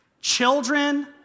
children